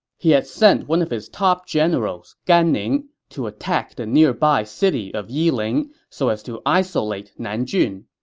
he had sent one of his top generals, gan ning, to attack the nearby city of yiling so as to isolate nanjun.